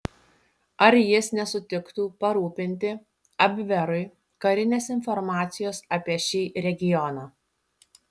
ar jis nesutiktų parūpinti abverui karinės informacijos apie šį regioną